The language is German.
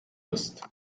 ist